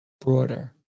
broader